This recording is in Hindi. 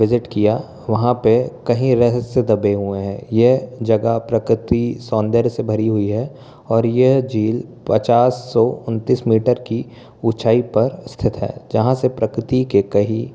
विजिट किया वहाँ पे कहीं रहस्य दबे हुए हैं ये जगह प्रकृति सौंदर्य से भरी हुई है और ये झील पचास सौ उनतीस मीटर की ऊँचाई पर स्थित है जहाँ से प्रकृति के कही